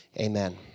Amen